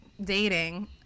dating